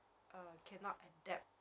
uh cannot adapt